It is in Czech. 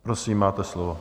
Prosím, máte slovo.